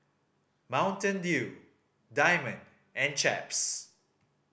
Mountain Dew Diamond and Chaps